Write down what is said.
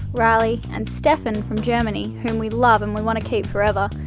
riley, and stefan from germany, whom we love and we wanna keep forever,